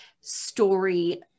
story